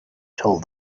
told